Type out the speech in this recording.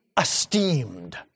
esteemed